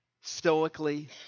stoically